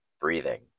breathing